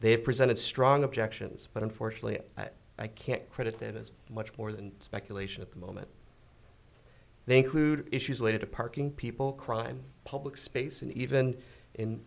have presented strong objections but unfortunately i can't credit that is much more than speculation at the moment they include issues related to parking people crime public space and even in